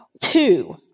Two